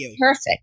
perfect